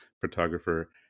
photographer